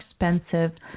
expensive